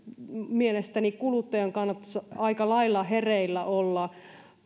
mielestäni kuluttajan kannattaisi aika lailla hereillä olla